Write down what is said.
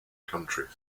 countries